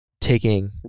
Taking